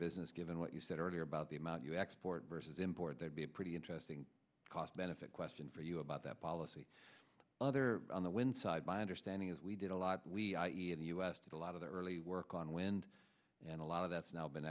business given what you said earlier about the amount you export versus import there'd be a pretty interesting cost benefit question for you about that policy other on the win side my understanding is we did a lot of the us did a lot of the early work on wind and a lot of that's now been